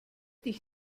dich